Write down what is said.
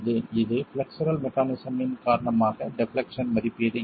இது flexural mechanism இன் காரணமாக டெப்லெக்சன் மதிப்பீடு இருக்கும்